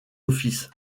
office